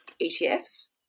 ETFs